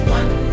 one